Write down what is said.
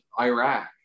Iraq